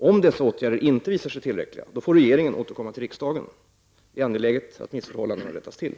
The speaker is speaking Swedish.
Om dessa åtgärder inte visar sig tillräckliga får regeringen återkomma till riksdagen. Det är angeläget att missförhållandena rättas till.